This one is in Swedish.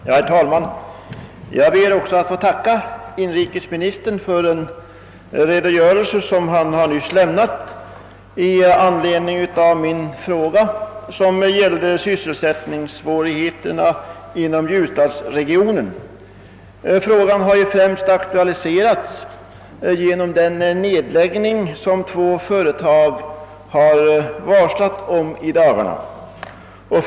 Herr talman! Jag ber att få tacka inrikesministern för den redogörelse han nyss lämnat i anledning av min fråga :rörande sysselsättningssvårigheterna inom ljusdalsregionen. Problemet har främst aktualiserats :genom den nedläggning som två företag inom regionen i dagarna varslat «om.